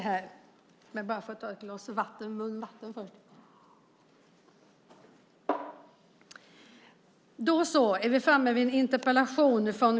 Herr talman!